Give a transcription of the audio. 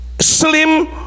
slim